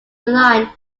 line